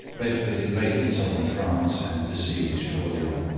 bedford invaded southern france and besieged orleans.